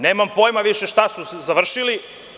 Nemam pojma više šta su završili.